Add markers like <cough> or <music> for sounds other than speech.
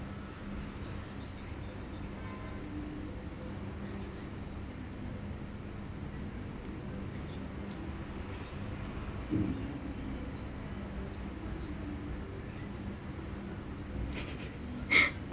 <laughs>